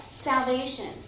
salvation